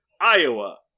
iowa